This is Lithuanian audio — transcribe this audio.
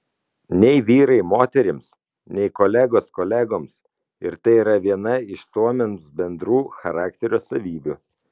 nei vyrai moterims nei kolegos kolegoms ir tai yra viena iš suomiams bendrų charakterio savybių